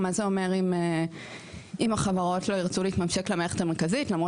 מה זה אומר "אם החברות לא ירצו להתממשק עם המערכת המרכזית,